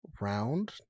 round